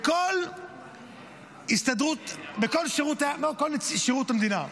בכל הסתדרות, בכל שירות המדינה,